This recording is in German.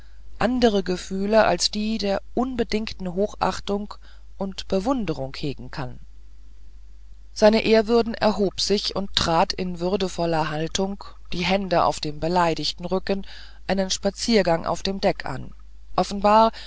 andere gefühle als die der unbedingten hochachtung und bewunderung hegen kann seine ehrwürden erhob sich und trat in würdevollster haltung die hände auf dem beleidigten rücken einen spaziergang auf dem deck an offenbar